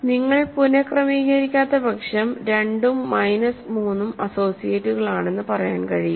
നിങ്ങൾ പുനക്രമീകരിക്കാത്ത പക്ഷം 2 ഉം മൈനസ് 3 ഉം അസോസിയേറ്റുകളാണെന്ന് പറയാൻ കഴിയില്ല